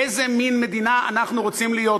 איזה מין מדינה אנחנו רוצים להיות פה.